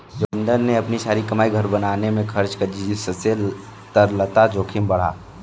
जोगिंदर ने अपनी सारी कमाई घर बनाने में खर्च कर दी जिससे तरलता जोखिम बढ़ा